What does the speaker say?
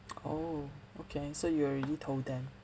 oh okay so you already told them